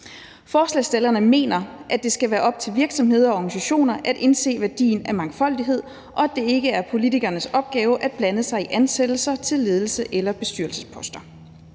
Forslagsstillerne mener, at det skal være op til virksomheder og organisationer at indse værdien af mangfoldighed, og at det ikke er politikernes opgave at blande sig i ansættelser til ledelses- eller bestyrelsesposter.